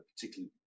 particularly